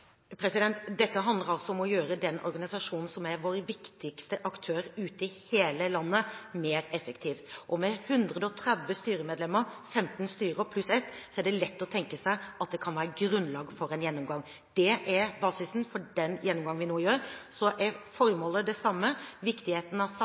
Dette handler altså om å gjøre den organisasjonen som er vår viktigste aktør ute i hele landet, mer effektiv. Med 130 styremedlemmer – 15 styrer pluss ett – er det lett å tenke seg at det kan være grunnlag for en gjennomgang. Det er basisen for den gjennomgangen vi nå gjør. Så er